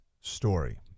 story